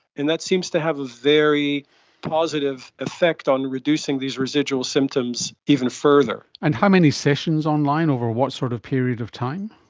and that seems to have a very positive effect on reducing these residual symptoms even further. and how many sessions online over what sort of period of time?